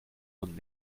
und